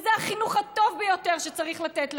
וזה החינוך הטוב ביותר שצריך לתת לילדים,